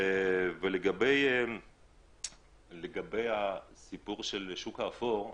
לגבי השוק האפור,